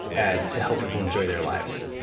as to help people enjoy their lives.